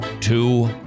Two